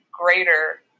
greater